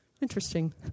Interesting